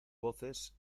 voces